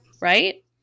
right